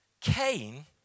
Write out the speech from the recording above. Cain